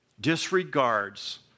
disregards